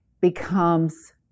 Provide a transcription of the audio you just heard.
becomes